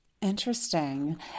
Interesting